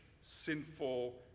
sinful